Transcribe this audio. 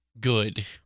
Good